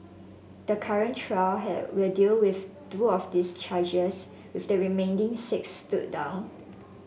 the current trial will deal with two of those charges with the remaining six stood down